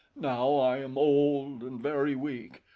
now i am old and very weak.